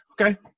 okay